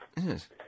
Yes